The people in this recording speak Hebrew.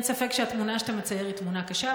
אין ספק שהתמונה שאתה מצייר היא תמונה קשה,